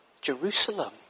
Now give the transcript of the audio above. Jerusalem